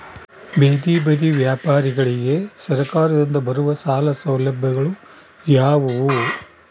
ಬೇದಿ ಬದಿ ವ್ಯಾಪಾರಗಳಿಗೆ ಸರಕಾರದಿಂದ ಬರುವ ಸಾಲ ಸೌಲಭ್ಯಗಳು ಯಾವುವು?